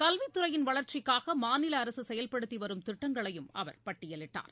கல்வித்துறையின் வளர்ச்சிக்காக மாநில அரசு செயல்படுத்தி வரும் திட்டங்களையும் அவர் பட்டியலிட்டார்